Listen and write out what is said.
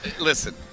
Listen